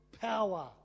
Power